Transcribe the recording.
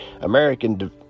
American